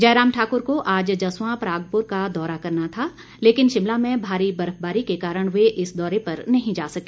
जयराम ठाकर को आज जस्वां परागपुर का दौरा करना था लेकिन शिमला में भारी बर्फबारी के कारण वे इस दौरे पर नहीं जा सके